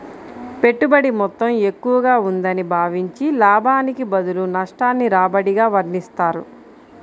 పెట్టుబడి మొత్తం ఎక్కువగా ఉందని భావించి, లాభానికి బదులు నష్టాన్ని రాబడిగా వర్ణిస్తారు